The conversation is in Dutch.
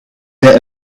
bij